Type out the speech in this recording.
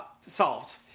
solved